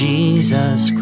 Jesus